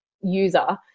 user